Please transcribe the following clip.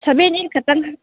seven eight ꯈꯛꯇꯪ